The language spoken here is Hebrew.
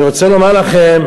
אני רוצה לומר לכם: